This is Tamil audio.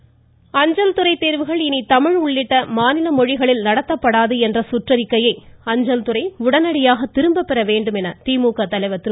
மமமமம ஸ்டாலின் அஞ்சல் துறை தேர்வுகள் இனி தமிழ் உள்ளிட்ட மாநில மொழிகளில் நடத்தப்படாது என்ற சுற்றறிக்கையை அஞ்சல்துறை உடனடியாக திரும்ப பெற வேண்டும் என திமுக தலைவர் திரு